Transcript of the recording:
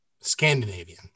Scandinavian